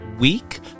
week